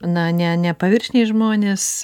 na ne ne paviršiniai žmonės